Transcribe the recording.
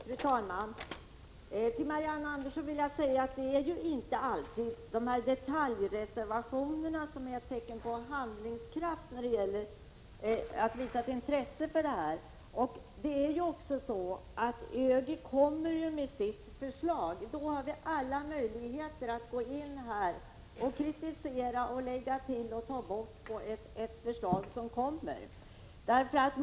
Fru talman! Till Marianne Andersson vill jag säga, att det inte alltid är detaljreservationerna som är ett tecken på handlingskraft när det gäller att visa sitt intresse för dessa frågor. ÖGY kommer ju med sitt förslag, och då har vi alla möjligheter att kritisera, lägga till och ta bort i det förslaget.